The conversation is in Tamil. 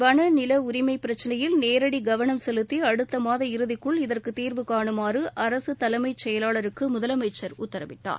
வள நில உரிமை பிரச்சினையில் நேரடி கவனம் செலுத்தி அடுத்த மாதம் இறுதிக்குள் இதற்கு தீர்வுகாணுமாறு அரசு தலைமை செயலாளருக்கு முதலமைச்சர் உத்தரவிட்டார்